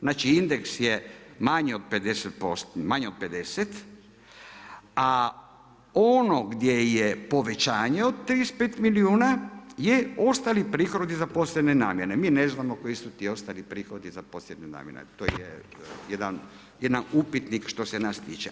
Znači indeks je manje od 50%, manje od 50, a ono gdje je povećanje od 35 milijuna je ostali prihodi za posebne namjene, mi ne znamo koji su ti ostali prihodi za posebne namjene, to je jedan upitnik što se nas tiče.